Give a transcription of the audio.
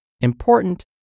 Important